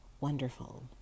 wonderful